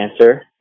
answer